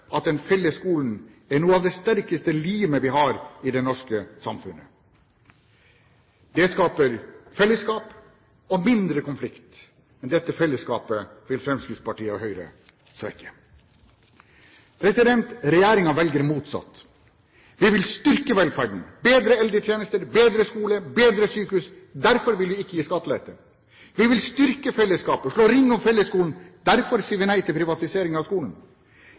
at den felles skolen er noe av det sterkeste limet vi har i det norske samfunnet. Den skaper fellesskap og mindre konflikt, men dette fellesskapet vil Fremskrittspartiet og Høyre svekke. Regjeringen velger motsatt. Vi vil styrke velferden – ha bedre eldretjenester, bedre skole og bedre sykehus. Derfor vil vi ikke gi skattelette. Vi vil styrke fellesskapet og slå ring om fellesskolen. Derfor sier vi nei til privatisering av skolen.